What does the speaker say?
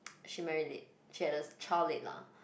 she married late she had her child late lah